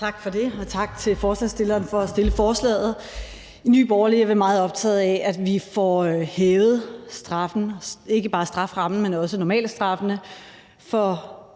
Tak for det, og tak til forslagsstillerne for at fremsætte forslaget. I Nye Borgerlige er vi meget optaget af, at vi får hævet straffen – ikke bare strafferammen, men også normalstraffene – for